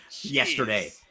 yesterday